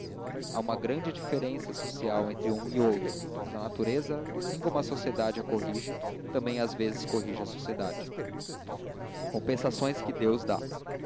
opinião há grande diferença social entre um e outro mas a natureza assim como a sociedade a corrige também às vezes corrige a sociedade compensações que deus dá